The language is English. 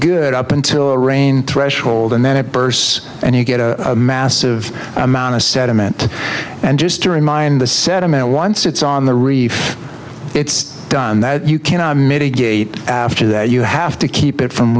good up until a rain threshold and then it bursts and you get a massive amount of sediment and just to remind the sediment once it's on the reef it's done that you can mitigate after that you have to keep it from